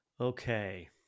Okay